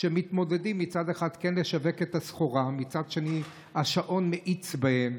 שמתמודדים מצד אחד עם כן לשווק את הסחורה ומצד שני השעון מאיץ בהם.